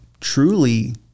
truly